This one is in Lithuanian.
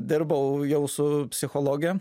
dirbau jau su psichologe